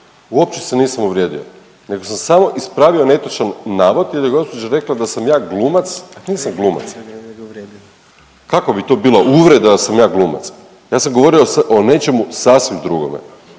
Uopće se nisam uvrijedio nego sam samo ispravio netočan navod jer je gospođa rekla da sam ja glumac, nisam glumac. Kakva bi to bila ureda da sam ja glumac. Ja sam govorio o nečemu sasvim drugome.